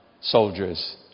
soldiers